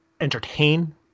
entertain